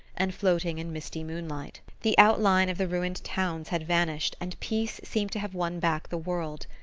and floating in misty moonlight. the outline of the ruined towns had vanished and peace seemed to have won back the world.